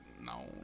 No